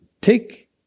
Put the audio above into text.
Take